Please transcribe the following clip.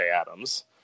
Adams